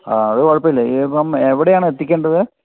ആ അത് കുഴപ്പമില്ല ഇതിപ്പോൾ എവിടെയാണ് എത്തിക്കേണ്ടത്